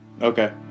Okay